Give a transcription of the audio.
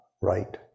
right